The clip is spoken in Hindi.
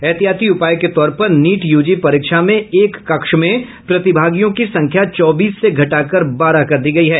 एहतियाती उपाय के तौर पर नीट यूजी परीक्षा में एक कक्ष में प्रतिभागियों की संख्या चौबीस से घटाकर बारह कर दी गयी है